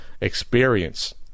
experience